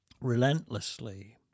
relentlessly